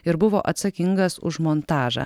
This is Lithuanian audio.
ir buvo atsakingas už montažą